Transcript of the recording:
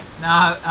now,